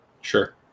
Sure